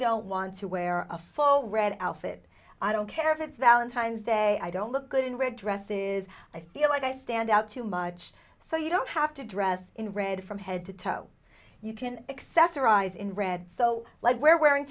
don't want to wear a full red outfit i don't care if it's valentine's day i don't look good in red dresses i feel like i stand out too much so you don't have to dress in red from head to toe you can access your eyes in red so like we're wearing